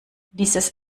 dieses